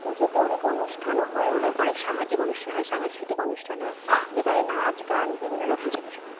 পুজোতে অনেক অনুষ্ঠানও হয় অনেক অনেক সামাজিক অনুষ্ঠান হয় সাংস্কৃতিক অনুষ্ঠান হয় যেখানে নাচ গান বিভিন্ন রকম জিনিস হয়